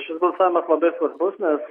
šis balsavimas labai svarbus nes